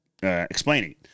Explaining